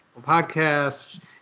Podcasts